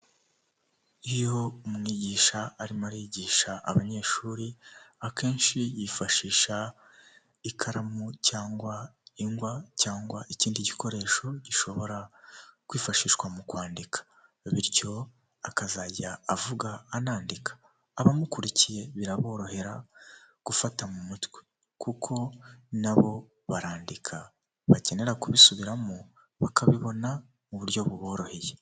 Iyo umwigisha arimo arigisha abanyeshuri akenshi yifashisha ikaramu cyangwa ingwa cyangwa ikindi gikoresho gishobora kwifashishwa mu kwandika bityo akazajya avuga anandika abamukurikiye biraborohera gufata mu mutwe kuko nabo barandika bakenera kubisubiramo bakabibona mu buryo buboroheye .